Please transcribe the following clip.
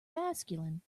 masculine